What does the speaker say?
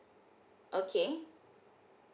okay